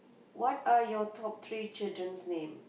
what are your top three children name